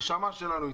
הנשמה שלנו אתכם.